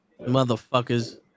motherfuckers